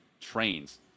trains